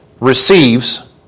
receives